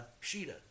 Sheeta